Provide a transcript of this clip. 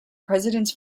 presidents